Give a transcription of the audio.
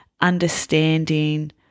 understanding